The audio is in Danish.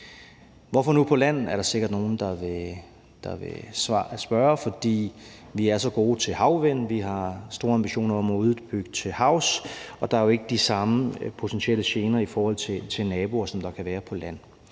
vindenergi på land. Der er sikkert nogle, der vil spørge: Hvorfor nu på land, for vi er så gode til havvindmøller, og vi har store ambitioner om det til havs, og der er jo ikke de samme potentielle gener for naboerne, som der kan være på land?